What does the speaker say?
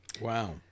Wow